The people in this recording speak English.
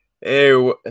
Hey